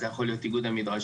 זה יכול להיות איגוד המדרשות,